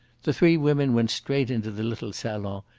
the three women went straight into the little salon,